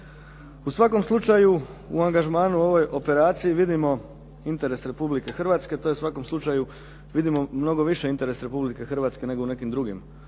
U svakom slučaju u angažmanu ove operacije vidimo interes Republike Hrvatske, to je u svakom slučaju, vidimo mnogo više interes Republike Hrvatske nego u nekim drugim odlukama.